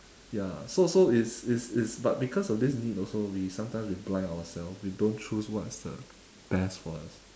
ya so so is is is but because of this need also we sometimes we blind yourself we don't choose what's the best for us